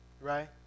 right